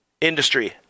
industry